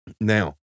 Now